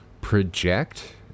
project